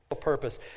purpose